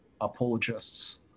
apologists